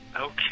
Okay